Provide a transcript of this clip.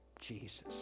Jesus